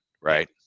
right